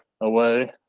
away